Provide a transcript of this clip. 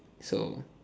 so